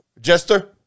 Jester